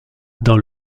dans